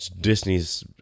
disney's